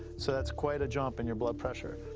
so that's quite a jump in your blood pressure.